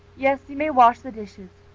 yes, you may wash the dishes.